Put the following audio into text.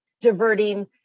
diverting